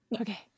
Okay